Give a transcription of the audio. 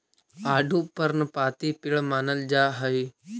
आडू पर्णपाती पेड़ मानल जा हई